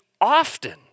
often